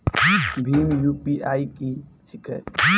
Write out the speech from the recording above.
भीम UPI की छीके?